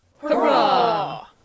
Hurrah